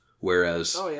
Whereas